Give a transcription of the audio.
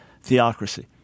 theocracy